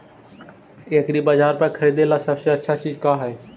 एग्रीबाजार पर खरीदने ला सबसे अच्छा चीज का हई?